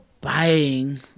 buying